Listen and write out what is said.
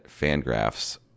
fangraphs